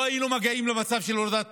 לא היינו מגיעים למצב של הורדת